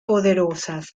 poderosas